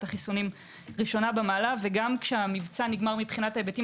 החיסונים ראשונה במעלה וגם כשהמבצע נגמר מבחינת ההיבטים